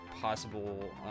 possible